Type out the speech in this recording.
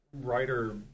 writer